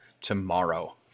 tomorrow